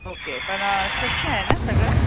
okay पण स्वच्छ आहे ना सगळं